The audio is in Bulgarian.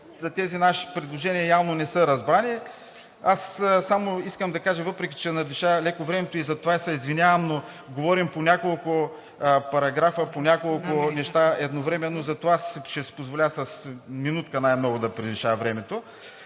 за тези наши предложения явно не са разбрани. Аз само искам да кажа, въпреки че надвишавам леко времето и затова се извинявам, но говорим по няколко параграфа, по няколко неща едновременно, затова ще си позволя с минутка най много да превиша времето.